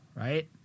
right